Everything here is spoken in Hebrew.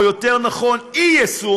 או יותר נכון אי-יישום,